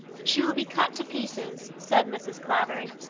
she will be cut to pieces, said mrs. clavering.